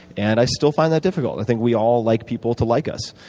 and i still find that difficult. i think we all like people to like us.